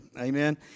Amen